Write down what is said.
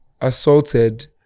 assaulted